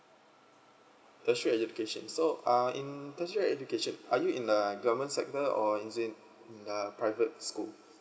tertiary education so uh in tertiary education are you in uh government sector or is it in a private school